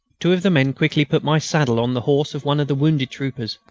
two of the men quickly put my saddle on the horse of one of the wounded troopers.